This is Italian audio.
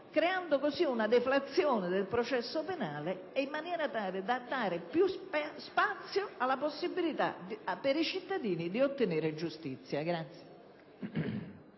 creando così una deflazione del processo penale, in maniera tale da dare più spazio alla possibilità per i cittadini di ottenere giustizia.